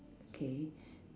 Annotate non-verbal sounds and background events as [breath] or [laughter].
okay [breath]